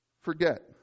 forget